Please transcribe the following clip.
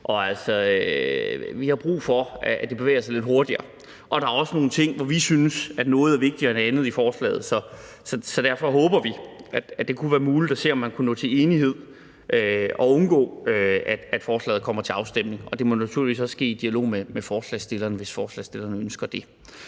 Vi har brug for, at det bevæger sig lidt hurtigere. Der er også nogle ting, som vi synes er vigtigere end andet i forslaget. Så derfor håber vi, at det kunne være muligt at se, om man kunne nå til enighed og undgå, at forslaget kommer til afstemning. Det må naturligvis også ske i dialog med forslagsstillerne, hvis forslagsstillerne ønsker det.